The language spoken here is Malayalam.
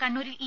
കണ്ണൂരിൽ ഇ